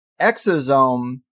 exosome